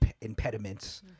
impediments